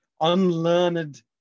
unlearned